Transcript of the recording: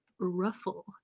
ruffle